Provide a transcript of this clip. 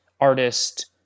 artist